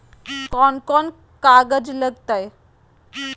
कौन कौन कागज लग तय?